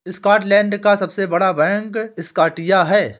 Scotland का सबसे बड़ा बैंक स्कॉटिया बैंक है